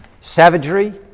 Savagery